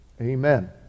Amen